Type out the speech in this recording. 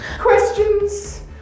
questions